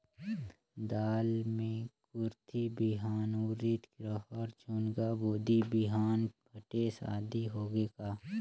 दाल मे कुरथी बिहान, उरीद, रहर, झुनगा, बोदी बिहान भटेस आदि होगे का?